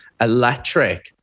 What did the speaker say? electric